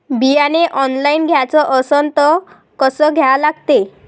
बियाने ऑनलाइन घ्याचे असन त कसं घ्या लागते?